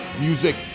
music